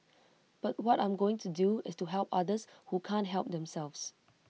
but what I'm going to do is to help others who can't help themselves